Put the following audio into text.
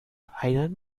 einen